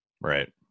Right